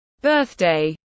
birthday